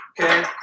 Okay